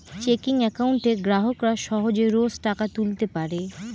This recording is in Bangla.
চেকিং একাউন্টে গ্রাহকরা সহজে রোজ টাকা তুলতে পারে